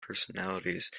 personalities